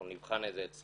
אנחנו נבחן את זה אצלנו.